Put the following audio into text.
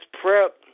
prep